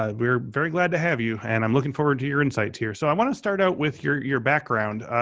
ah we're very glad to have you. and i'm looking forward to your insights here. so i want to start out with your your background.